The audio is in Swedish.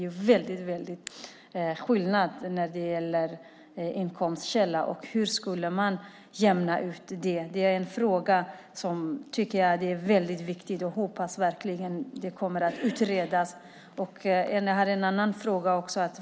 Det är en väldig skillnad när det gäller inkomstkällan. Hur skulle man kunna jämna ut det? Det är en fråga som är väldigt viktig. Jag hoppas verkligen att den kommer att utredas. Jag har en annan fråga också.